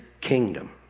kingdom